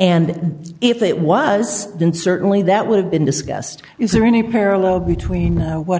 and if it was done certainly that would have been discussed is there any parallel between what